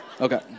Okay